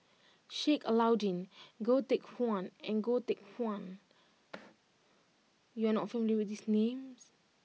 Sheik Alau'ddin Goh Teck Phuan and Goh Teck Phuan you are not familiar with these names